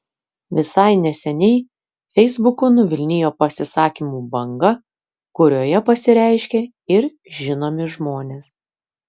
visai neseniai feisbuku nuvilnijo pasisakymų banga kurioje pasireiškė ir žinomi žmonės